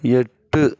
எட்டு